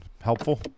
helpful